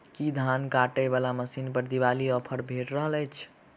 की धान काटय वला मशीन पर दिवाली ऑफर भेटि रहल छै?